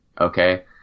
Okay